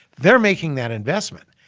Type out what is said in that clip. they're making that investment.